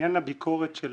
לעניין הביקורת של